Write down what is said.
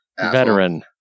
Veteran